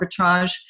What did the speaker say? Arbitrage